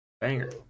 Banger